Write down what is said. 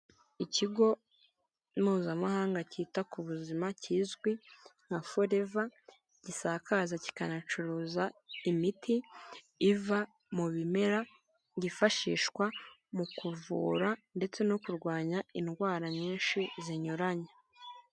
Ikigo mpuzamahanga cyita ku buzima kizwi nka foriva gisakaza kikanacuruza imiti iva mu bimera byifashishwa mu kuvura ndetse no kurwanya indwara nyinshi zinyuranye.